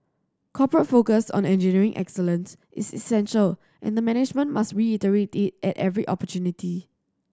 corporate focus on engineering excellent is essential and the management must reiterate it at every opportunity